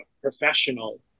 professional